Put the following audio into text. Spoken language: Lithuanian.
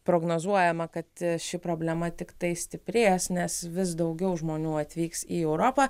prognozuojama kad ši problema tiktai stiprės nes vis daugiau žmonių atvyks į europą